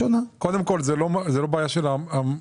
קודם כל, זאת לא בעיה של העסקים.